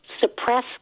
suppress